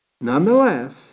Nonetheless